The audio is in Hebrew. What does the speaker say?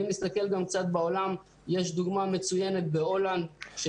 בעולם יש דוגמה מצוינת בהולנד של